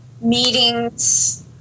meetings